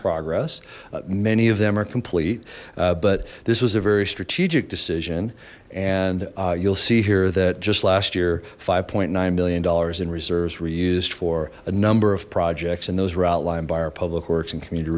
progress many of them are complete but this was a very strategic decision and you'll see here that just last year five nine million dollars in reserves were used for a number of projects and those were outlined by our public works and commu